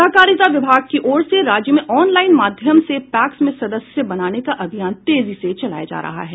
सहकारिता विभाग की ओर से राज्य में ऑनलाइन माध्यम से पैक्स में सदस्य बनाने का अभियान तेजी से चलाया जा रहा है